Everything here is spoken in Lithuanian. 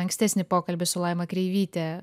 ankstesnį pokalbį su laima kreivyte